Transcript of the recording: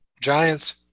Giants